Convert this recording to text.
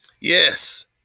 Yes